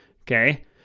Okay